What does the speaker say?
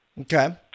Okay